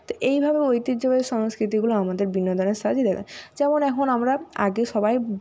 তো এইভাবে ঐতিহ্যবাহী সংস্কৃতিগুলো আমাদের বিনোদনের সাহায্যে দেখায় যেমন এখন আমরা আগে সবাই